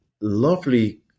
lovely